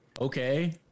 okay